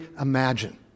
imagine